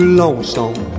lonesome